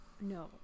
no